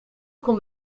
komt